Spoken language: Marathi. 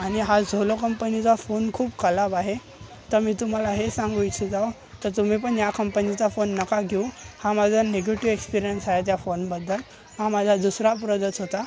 आणि हा झोलो कंपनीचा फोन खूप खराब आहे तर मी तुम्हाला हे सांगू इच्छित आहे तर तुम्ही पण या कंपनीचा फोन नका घेऊ हा माझा नेगेटिव एक्सपीरिअन्स आहे त्या फोनबद्दल हा माझा दुसरा प्रोदक्स होता